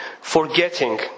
forgetting